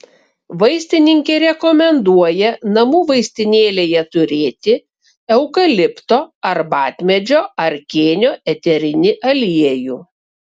vaistininkė rekomenduoja namų vaistinėlėje turėti eukalipto arbatmedžio ar kėnio eterinį aliejų